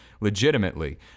legitimately